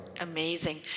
Amazing